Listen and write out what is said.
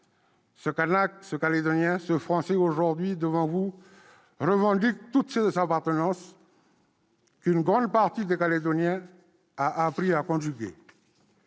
ce Calédonien, ce Français aujourd'hui devant vous revendique toutes ces appartenances qu'une grande partie des Calédoniens a appris à conjuguer.